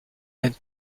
and